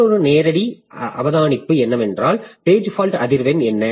மற்றொரு நேரடி அவதானிப்பு என்னவென்றால் பேஜ் ஃபால்ட் அதிர்வெண் என்ன